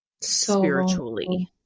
spiritually